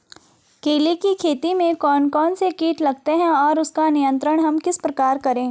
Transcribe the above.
केले की खेती में कौन कौन से कीट लगते हैं और उसका नियंत्रण हम किस प्रकार करें?